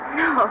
no